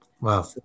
Wow